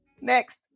Next